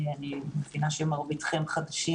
אני מבינה שמרביתכם חדשים,